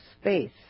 space